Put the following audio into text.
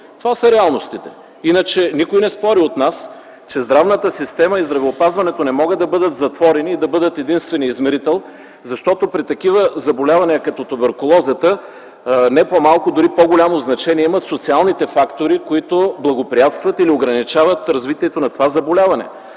Това са реалностите. Иначе никой от нас не спори, че здравната система и здравеопазването не могат да бъдат затворени и да бъдат единственият измерител, защото при такива заболявания като туберкулозата не по-малко, дори по-голямо значение имат социалните фактори, които благоприятстват или ограничават развитието на това заболяване.